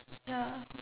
ya